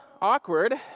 awkward